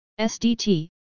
SDT